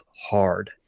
hard